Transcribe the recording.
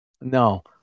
No